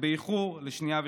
ובאיחור לשנייה ושלישית.